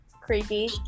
creepy